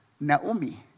Naomi